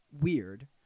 weird